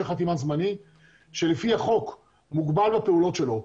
חתימה זמני שלפי החוק מוגבל בפעולות שלו.